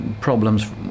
problems